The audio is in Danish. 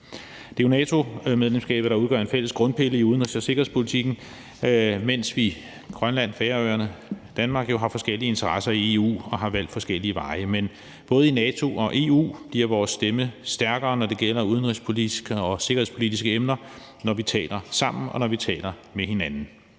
Det er jo NATO-medlemskabet, der udgør en fælles grundpille i udenrigs- og sikkerhedspolitikken, mens vi i Grønland, på Færøerne og i Danmark har forskellige interesser i EU og har valgt forskellige veje. Men både i NATO og i EU bliver vores stemme stærkere, når det gælder udenrigspolitiske og sikkerhedspolitiske emner, når vi taler sammen, og når vi taler